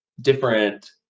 different